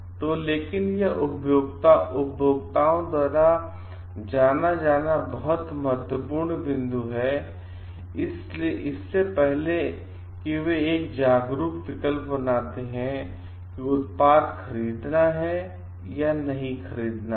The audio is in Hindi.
तो लेकिन यह उपभोक्ताओं द्वारा जाना जाना बहुत महत्वपूर्ण बिंदु हैं इससे पहले कि वे एक जागरूक विकल्प बनाते हैं कि उत्पाद खरीदना है या नहीं खरीदना है